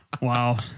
Wow